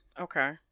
okay